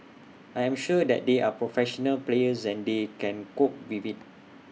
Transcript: I am sure that they are professional players and they can cope with IT